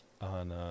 on